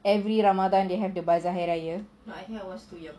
every ramadan they have the bazaar hari raya